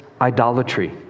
idolatry